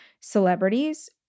celebrities